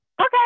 Okay